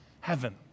heaven